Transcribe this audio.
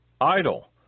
idle